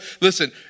listen